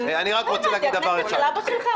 לא הבנתי, הכנסת של אבא שלך?